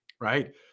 right